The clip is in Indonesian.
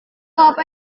apa